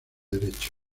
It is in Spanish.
derecho